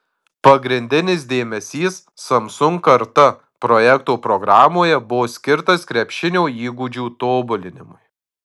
pagrindinis dėmesys samsung karta projekto programoje buvo skirtas krepšinio įgūdžių tobulinimui